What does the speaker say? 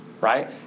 Right